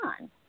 on